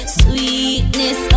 sweetness